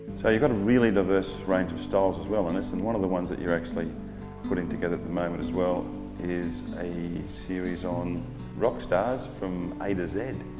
so you've got a really diverse range of style as as well innes, and one of the ones your actually putting together at the moment as well is a series on rock stars from a to z.